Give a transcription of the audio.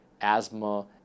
asthma